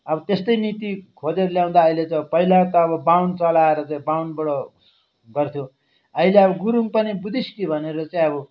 अब त्यस्तै नीति खोजेर ल्याउँदा अहिले चाहिँ अब पहिला त अब बाहुन चलाएर चाहिँ बाहुनबाट गर्थ्यो अहिले अब गुरुङ पनि बुद्धिस्ट भनेर चाहिँ अब